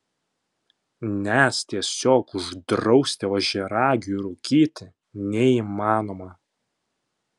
nes tiesiog uždrausti ožiaragiui rūkyti neįmanoma